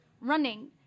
running